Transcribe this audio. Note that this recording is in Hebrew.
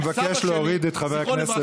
אני מבקש להוריד את חבר הכנסת.